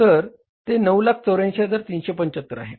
तर ते 984375 आहे